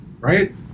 right